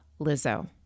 Lizzo